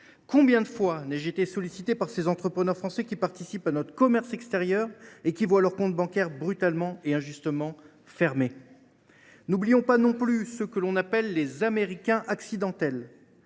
Combien de fois n’ai je été sollicité par ces entrepreneurs français qui participent à notre commerce extérieur et qui voient leurs comptes bancaires brutalement et injustement fermés ? N’oublions pas non plus ceux que l’on appelle les Américains accidentels,